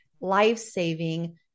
life-saving